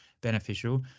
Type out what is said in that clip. beneficial